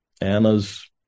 Anna's